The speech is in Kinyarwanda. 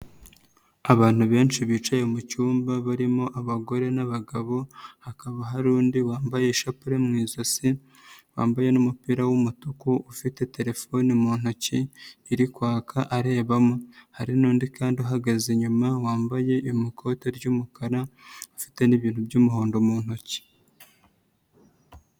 Abantu benshi bicaye mu cyumba barimo abagore n'abagabo hakaba hari undi wambaye ishapule mu ijosi, wambaye n'umupira w'umutuku, ufite terefone mu ntoki iri kwaka arebamo, hari n'undi kandi uhagaze inyuma wambaye ikoti ry'umukara ufite n'ibintu by'umuhondo mu ntoki.